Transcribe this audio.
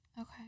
Okay